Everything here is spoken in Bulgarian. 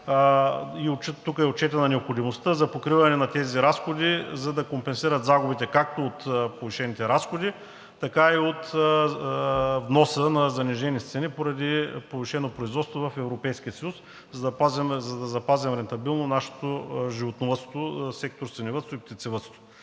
Тук е отчетена необходимостта за покриване на тези разходи, за да компенсират загубите както от повишените разходи, така и от вноса на занижени цени поради повишено производство в Европейския съюз, за да запазим рентабилно нашето животновъдство – сектори „Свиневъдство“ и „Птицевъдство“.